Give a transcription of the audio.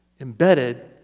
embedded